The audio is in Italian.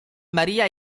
maria